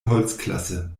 holzklasse